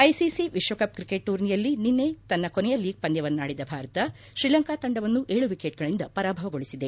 ICC ವಿಶ್ವಕಪ್ cricket ಟೂರ್ನಿಯಲ್ಲಿ ನಿನ್ನೆ ತನ್ನ ಕೊನೆಯ ಲೀಗ್ ಪಂದ್ಯವನ್ನಾಡಿದ ಭಾರತ ಶ್ರೀಲಂಕಾ ತಂಡವನ್ನು ಏಳು ವಿಕೆಟ್ಗಳಿಂದ ಪರಾಭವಗೊಳಿಸಿದೆ